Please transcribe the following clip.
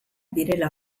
direla